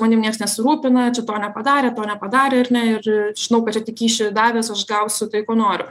manim nieks nesirūpina čia to nepadarė to nepadarė ir ne ir žinau kad čia tik kyšį davęs aš gausiu tai ko noriu